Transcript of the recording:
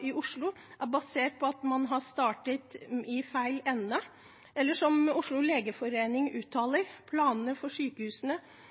i Oslo er basert på at man har startet i feil ende, eller som Oslo legeforening